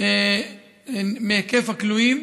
מהכלואים,